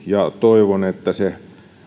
ja toivon että se